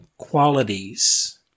qualities